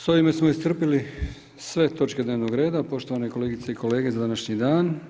S ovime smo iscrpili sve točke dnevnog reda, poštovane kolegice i kolege za današnji dan.